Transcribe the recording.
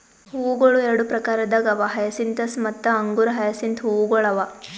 ಹೂವುಗೊಳ್ ಎರಡು ಪ್ರಕಾರದಾಗ್ ಅವಾ ಹಯಸಿಂತಸ್ ಮತ್ತ ಅಂಗುರ ಹಯಸಿಂತ್ ಹೂವುಗೊಳ್ ಅವಾ